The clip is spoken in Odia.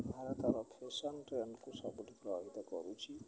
ଭାରତର ଫ୍ୟାଶନ୍ ଟ୍ରେଣ୍ଡକୁ ସବୁଠୁ ପ୍ରଭାବିତ କରୁଛି